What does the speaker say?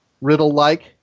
riddle-like